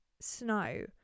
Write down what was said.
snow